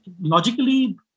logically